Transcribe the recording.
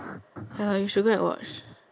ya you should go and watch